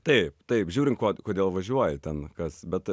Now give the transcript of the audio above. taip taip žiūrint ko kodėl važiuoja ten kas bet